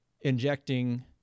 injecting